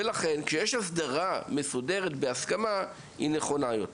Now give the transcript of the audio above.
ולכן, כשיש הסדרה מסודרת בהסכמה, היא נכונה יותר.